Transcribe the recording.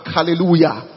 Hallelujah